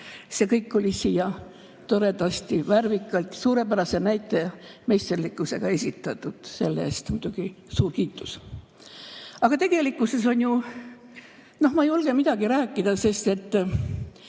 See kõik oli toredasti, värvikalt, suurepärase näitlejameisterlikkusega esitatud. Selle eest muidugi suur kiitus. Aga tegelikkuses ju, noh, ma ei julge midagi rääkida, sest ei